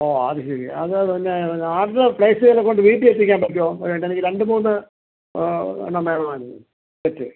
ഓ അതുശരി അത് പിന്നെ ഓർഡർ പ്ലേസ് ചെയ്തതുകൊണ്ട് വീട്ടിലെത്തിക്കാൻ പറ്റുമോ എനിക്ക് രണ്ട് മൂന്ന് എണ്ണം വേണമായിരുന്നു സെറ്റ്